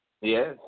Yes